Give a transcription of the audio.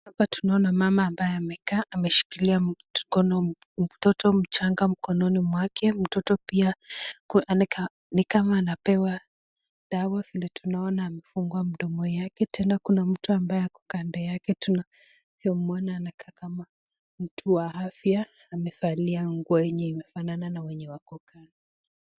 Hapa tunaona mama ambaye amekaa na amemshikilia mtoto wake. Mtoto ni kama anapewa chanjo ya mdomo, pia tunaona kuna mtu mbaye amesimama kando yake na tunavyoona anakaa mtu wa afya kwa sare alivyovalia.